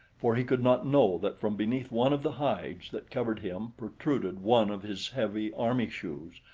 for he could not know that from beneath one of the hides that covered him protruded one of his heavy army shoes,